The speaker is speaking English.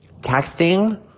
texting